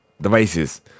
devices